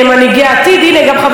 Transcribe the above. גם חבר הכנסת פורר נכנס,